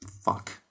Fuck